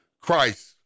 Christ